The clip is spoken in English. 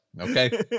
okay